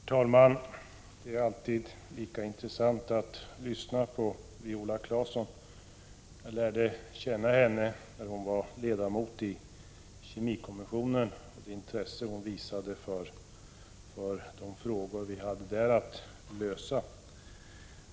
Herr talman! Det är alltid lika intressant att lyssna på Viola Claesson. När hon var ledamot i kemikommissionen lärde jag känna henne och det intresse hon visade för de frågor vi där hade att lösa.